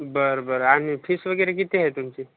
बरं बरं आणि फिस वगैरे किती आहे तुमची